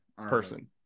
person